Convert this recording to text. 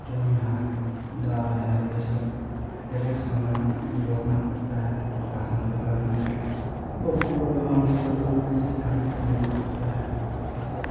चना है दाल है ये सब एक एक समय जोड़ना पड़ता है रासन दुकान में बहुत बड़ा दुकान से ख़रीदकर लाना पड़ता है यह सब